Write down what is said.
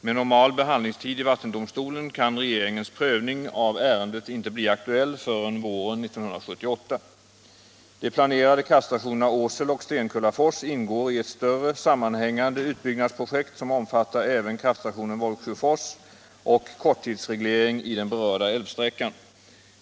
Med normal behandlingstid i vattendomstolen kan regeringens prövning av ärendet inte bli aktuell förrän våren 1978. De planerade kraftstationerna Åsele och Stenkullafors ingår i ett större sammanhängande utbyggnadsprojekt som omfattar även kraftstationen Volgsjöfors och korttidsreglering i den berörda älvsträckan.